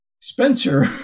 Spencer